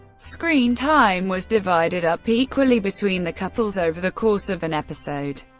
screen time was divided up equally between the couples over the course of an episode,